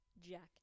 Jack